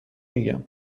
میگم